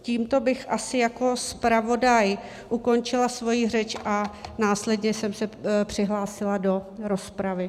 Tímto bych asi jako zpravodaj ukončila svoji řeč a následně jsem se přihlásila do rozpravy.